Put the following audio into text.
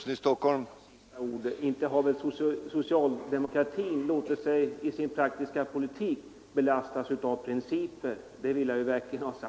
Herr talman! Detta blir mina sista ord i denna debatt. Jag vill framhålla att socialdemokratin i sin praktiska politik verkligen inte låtit sig belastas av principer.